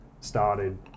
started